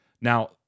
Now